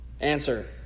answer